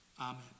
Amen